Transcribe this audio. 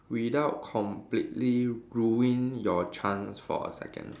without completely ruining your chance for a second